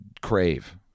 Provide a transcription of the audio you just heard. crave